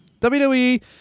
WWE